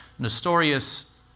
Nestorius